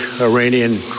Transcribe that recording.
Iranian